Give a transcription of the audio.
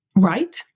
right